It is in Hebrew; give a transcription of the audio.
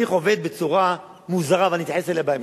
התהליך עובד בצורה מוזרה, ואני אתייחס אליה בהמשך.